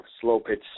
slow-pitch